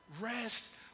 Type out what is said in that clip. Rest